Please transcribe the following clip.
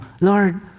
Lord